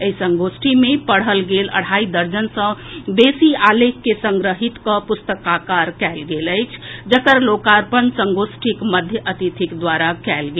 एहि संगोष्ठी मे पढ़ल गेल अढ़ाई दर्जन सँ बेसी आलेख के संग्रहित कऽ पुस्तकाकार कयल गेल अछि जकर लोकार्पण संगोष्ठीक मध्य अतिथिक द्वारा कयल गेल